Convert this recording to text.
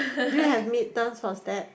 do you have midterm for Stats